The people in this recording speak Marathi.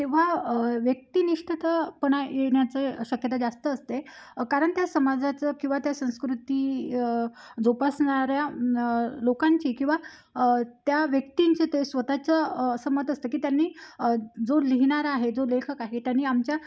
तेव्हा व्यक्तिनिष्ठतापणा येण्याचं शक्यता जास्त असते कारण त्या समाजाचं किंवा त्या संस्कृती जोपासणाऱ्या लोकांची किंवा त्या व्यक्तींचे ते स्वत चं असं मत असतं की त्यांनी जो लिहिणारा आहे जो लेखक आहे त्यांनी आमच्या